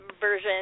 version